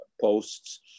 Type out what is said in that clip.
posts